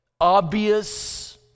obvious